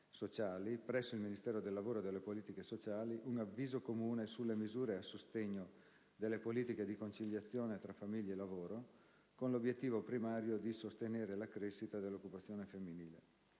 presso il Ministero del lavoro e delle politiche sociali, un avviso comune sulle misure a sostegno delle politiche di conciliazione tra famiglia e lavoro, con l'obiettivo primario di sostenere la crescita dell'occupazione femminile.